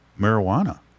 marijuana